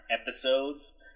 episodes